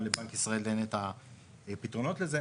שכמובן לבנק ישראל אין את הפתרונות לזה.